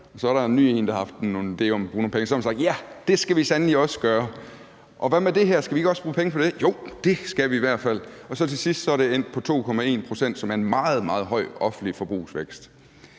Så er der en ny en, der har haft en idé om at bruge nogle penge, og så har man sagt: Ja, det skal vi sandelig også gøre, og hvad med det her? Skal vi ikke også bruge penge på det? Jo, det skal vi i hvert fald. Og til sidst er det så endt på 2,1 pct., som er en meget, meget høj offentlig forbrugsvækst.